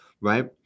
right